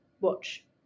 watch